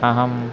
अहं